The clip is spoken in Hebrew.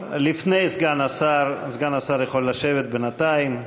לפני סגן השר, סגן השר יכול לשבת בינתיים.